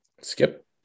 Skip